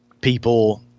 people